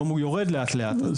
כעת הוא יורד לאט לאט.